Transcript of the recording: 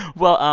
well,